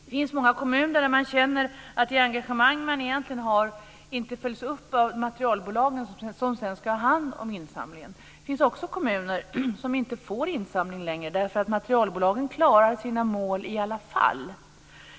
Det finns många kommuner där man känner att det engagemang man egentligen har inte följs upp av materialbolagen som sedan ska ha hand om insamlingen. Det finns också kommuner som inte längre får insamling därför att materialbolagen klarar sina mål i alla fall.